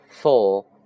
four